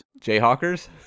jayhawkers